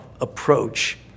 approach